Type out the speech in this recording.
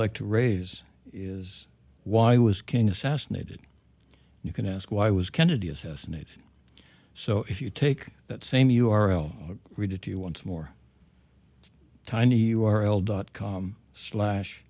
like to raise is why was king assassinated you can ask why was kennedy assassinated so if you take that same u r l read it to you once more tiny u r l dot com slash